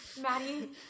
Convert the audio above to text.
Maddie